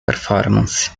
performance